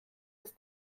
des